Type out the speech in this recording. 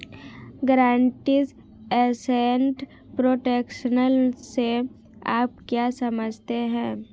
Guaranteed asset protection से आप क्या समझते हैं?